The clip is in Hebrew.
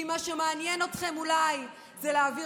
כי מה שמעניין אתכם אולי הוא להעביר